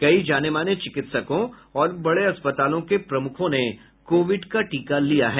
कई जाने माने चिकित्सकों और बड़े अस्पतालों के प्रमुखों ने कोविड का टीका लिया है